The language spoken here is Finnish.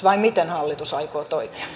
vai miten hallitus aikoo toimia